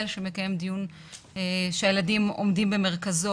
שמקיים דיון שהילדים עומדים במרכזו,